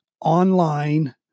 online